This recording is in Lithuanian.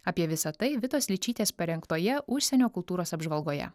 apie visa tai vitos ličytės parengtoje užsienio kultūros apžvalgoje